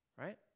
Right